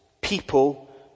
people